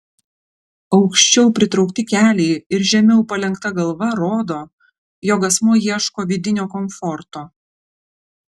aukščiau pritraukti keliai ir žemiau palenkta galva rodo jog asmuo ieško vidinio komforto